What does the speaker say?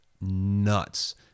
nuts